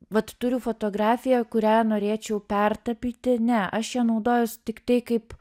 vat turiu fotografiją kurią norėčiau pertapyti ne aš ja naudojuos tiktai kaip